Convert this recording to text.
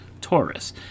Taurus